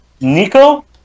Nico